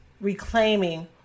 reclaiming